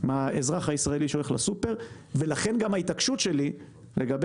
פורר: קחו בחשבון שתקציב המשרד ל-2021 נסגר כשלקחו